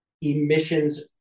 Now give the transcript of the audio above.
emissions